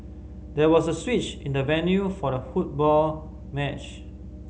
there was a switch in the venue for the football match